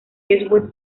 eastwood